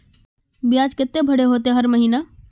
बियाज केते भरे होते हर महीना?